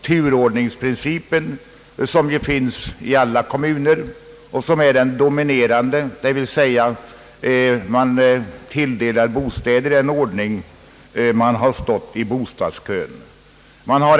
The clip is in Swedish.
Turordningsprincipen dominerar i alla kommuner och innebär, att sökande får bostäder efter sin ordning i bostadskön.